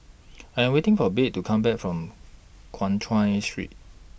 I Am waiting For Babe to Come Back from Guan Chuan Street